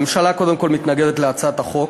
קודם כול, הממשלה מתנגדת להצעת החוק.